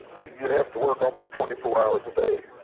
you have to work almost twenty four hours a day.